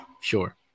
Sure